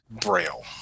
Braille